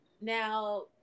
now